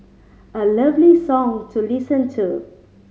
a lovely song to listen to